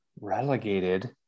relegated